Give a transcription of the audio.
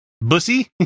bussy